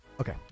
Okay